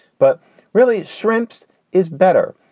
but really, shrimps is better.